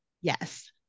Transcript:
Yes